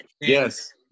Yes